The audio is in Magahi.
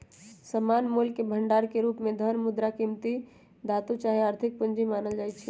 सामान्य मोलके भंडार के रूप में धन, मुद्रा, कीमती धातु चाहे आर्थिक पूजी मानल जाइ छै